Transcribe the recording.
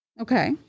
Okay